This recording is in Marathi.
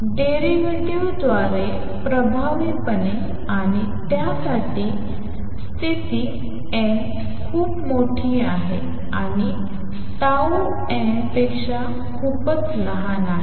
डेरिव्हेटिव्ह द्वारे प्रभावीपणे आणि त्यासाठी स्थिती n खूप मोठी आहे आणि tau n पेक्षा खूपच लहान आहे